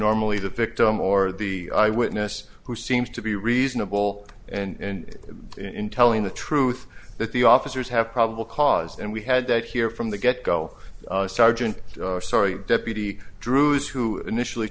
normally the victim or the eyewitness who seems to be reasonable and in telling the truth that the officers have probable cause and we had that here from the get go sergeant sorry deputy dru's who initially